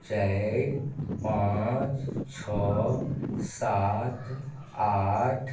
चाइरि पाँच छओ सात आठ